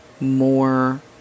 more